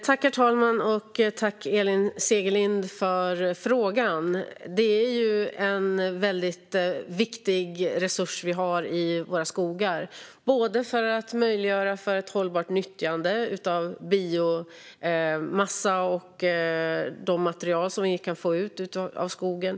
Herr talman! Jag tackar Elin Segerlind för frågan. Våra skogar är en viktig resurs för att göra det möjligt med ett hållbart nyttjande av biomassa och de material som det går att få ut av skogen.